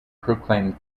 proclaimed